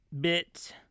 bit